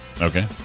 Okay